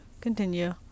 continue